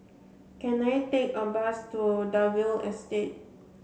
can I take a bus to Dalvey Estate